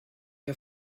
der